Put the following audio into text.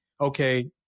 okay